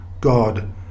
God